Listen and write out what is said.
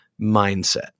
mindset